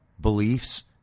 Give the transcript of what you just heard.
beliefs